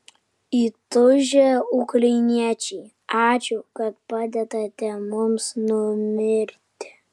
įtūžę ukrainiečiai ačiū kad padedate mums numirti